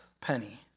penny